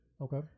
Okay